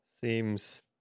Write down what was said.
seems